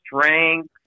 strength